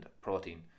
protein